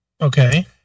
Okay